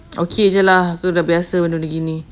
okay jer lah aku dah biasa benda begini